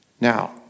Now